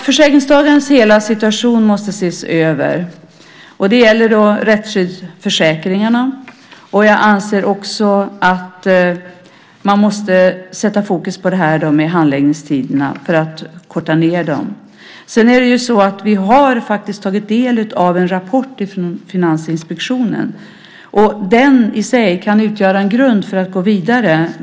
Försäkringstagarnas hela situation måste ses över. Det gäller rättsskyddsförsäkringarna. Jag anser också att man måste sätta fokus på handläggningstiderna för att korta ned dem. Vi har tagit del av en rapport från Finansinspektionen, och den i sig kan utgöra en grund för att gå vidare.